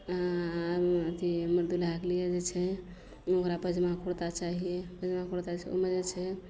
अऽ अथी हमर दुल्हाके लिये जे छै ओकरा पायजामा कुर्ता चाहिये पायजामा कुर्ता ओइमे जे छै